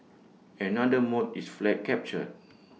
another mode is flag capture